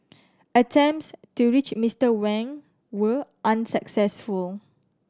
attempts to reach Mister Wang were unsuccessful